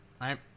right